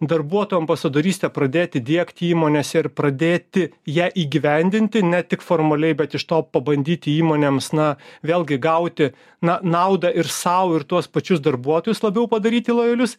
darbuotojų ambasadorystę pradėti diegti įmonėse ir pradėti ją įgyvendinti ne tik formaliai bet iš to pabandyti įmonėms na vėlgi gauti na naudą ir sau ir tuos pačius darbuotojus labiau padaryti lojalius